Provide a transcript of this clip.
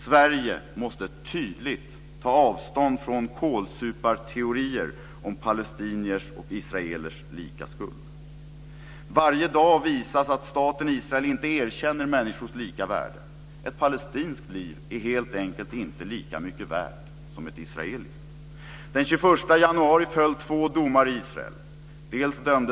Sverige måste tydligt ta avstånd från kålsuparteorier om palestiniers och israelers lika skuld. Varje dag visas att staten Israel inte erkänner människors lika värde. Ett palestinskt liv är helt enkelt inte lika mycket värt som ett israeliskt. Den 21 januari föll två domar i Israel.